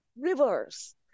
rivers